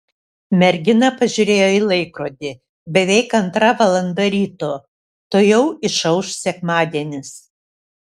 mergina pažiūrėjo į laikrodį beveik antra valanda ryto tuojau išauš sekmadienis